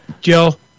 Jill